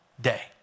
day